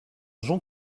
jean